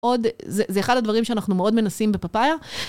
זה אחד הדברים שאנחנו מאוד מנסים בפאפאיה.